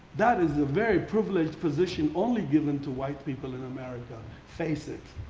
that is a very privileged position only given to white people in america. face it.